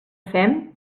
fem